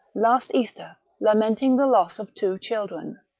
last easter, lamenting the loss of two children.